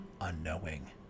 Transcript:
unknowing